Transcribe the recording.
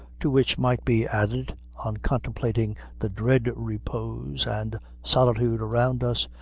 to which might be added, on contemplating the dread repose and solitude around us,